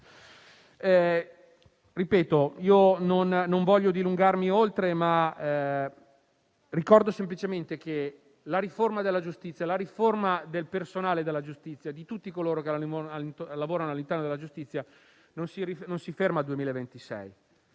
sprecate. Non voglio dilungarmi oltre, ma ricordo semplicemente che la riforma della giustizia, la riforma del personale della giustizia e di tutti coloro che lavorano all'interno della giustizia non si ferma al 2026.